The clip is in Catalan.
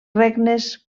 regnes